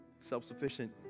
self-sufficient